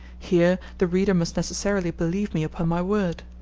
here the reader must necessarily believe me upon my word.